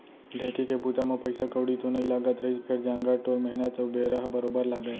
ढेंकी के बूता म पइसा कउड़ी तो नइ लागत रहिस फेर जांगर टोर मेहनत अउ बेरा ह बरोबर लागय